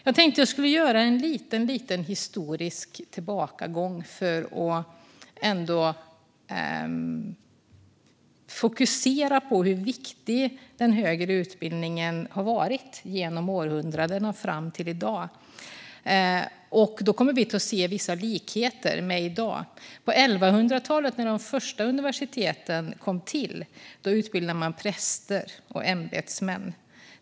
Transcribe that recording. Jag tänkte göra en liten historisk tillbakablick för att fokusera på hur viktig den högre utbildningen har varit genom århundradena fram till i dag. Vi kommer att se vissa likheter med i dag. På 1100-talet, när de första universiteten kom till, utbildade man präster och ämbetsmän.